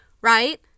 right